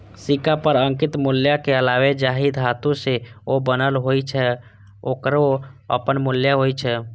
सिक्का पर अंकित मूल्यक अलावे जाहि धातु सं ओ बनल होइ छै, ओकरो अपन मूल्य होइ छै